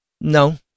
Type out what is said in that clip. No